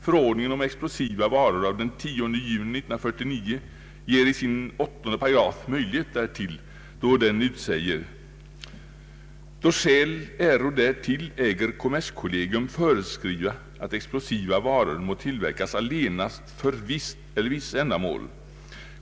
Förordningen om explosiva varor av den 10 juni 1949 ger i sin 8 § möjlighet därtill, då den utsäger: ”Då skäl äro därtill, äger kommerskollegium föreskriva, att explosiv vara må tillverkas allenast för visst eller vissa ändamål.